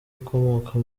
ukomoka